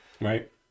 Right